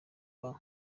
rwa